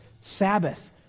Sabbath